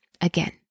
again